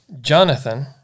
Jonathan